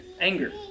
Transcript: anger